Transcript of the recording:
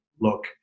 look